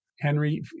Henry